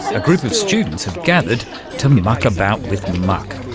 a group of students have gathered to muck about with muck,